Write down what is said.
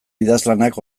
idazlanak